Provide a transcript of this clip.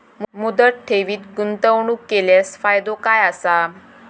मुदत ठेवीत गुंतवणूक केल्यास फायदो काय आसा?